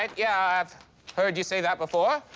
and yeah, i-i've heard you say that before.